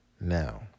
Now